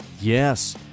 Yes